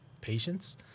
patience